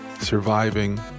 surviving